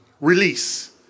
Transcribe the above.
Release